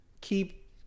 Keep